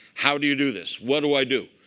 how do you do this? what do i do?